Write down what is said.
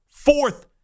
fourth